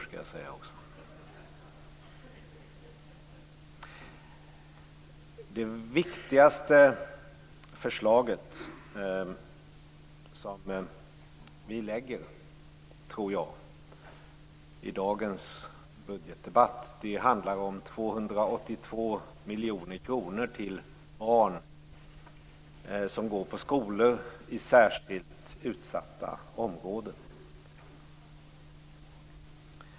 Det, tror jag, viktigaste förslaget i dagens budgetdebatt handlar om 282 miljoner kronor till barn som går i skolor i särskilt utsatta områden.